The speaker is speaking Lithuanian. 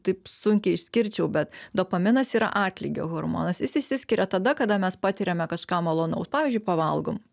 taip sunkiai išskirčiau bet dopaminas yra atlygio hormonas jis išsiskiria tada kada mes patiriame kažką malonaus pavyzdžiui pavalgom